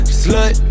slut